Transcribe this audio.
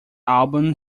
album